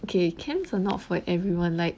okay can or not for everyone like